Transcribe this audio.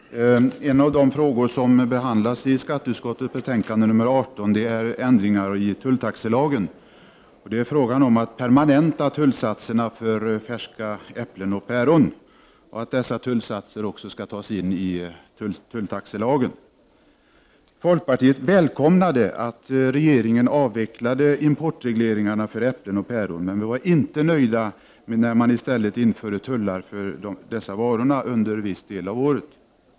Herr talman! En av de frågor som behandlas i skatteutskottets betänkande nr 18 är ändringar i tulltaxelagen, och det är fråga om att permanenta tullsatserna för färska äpplen och päron och att ta in dessa tullsatser i tulltaxelagen. Folkpartiet välkomnade att regeringen avvecklade importreglerna för äpplen och päron, men vi var inte nöjda när man i stället införde tullar för dessa varor under en viss del av året.